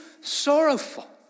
sorrowful